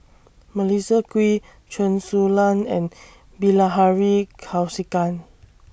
Melissa Kwee Chen Su Lan and Bilahari Kausikan